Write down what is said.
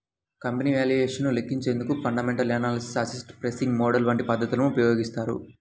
company valuation ను లెక్కించేందుకు fundamental analysis, asset pricing model వంటి పద్ధతులను ఉపయోగిస్తారు